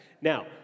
Now